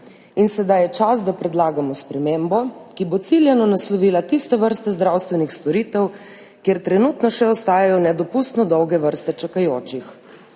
In zdaj je čas, da predlagamo spremembo, ki bo ciljano naslovila tiste vrste zdravstvenih storitev, kjer trenutno še ostajajo nedopustno dolge vrste čakajočih.